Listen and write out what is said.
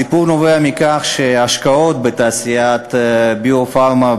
הסיפור נובע מכך שהשקעות בתעשיית ביו-פארמה,